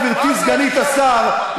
גברתי סגנית השר,